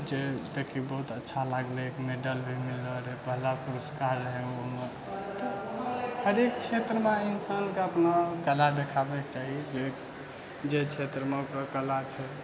जे देखियौ बहुत अच्छा लागले मैडल मिलल रहै पहिला पुरस्कार रहै ओहिमे तऽ हरेक क्षेत्रमे इन्सानके अपना कला देखाबैके चाही जे जे क्षेत्रमे ओकर कला छै